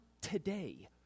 today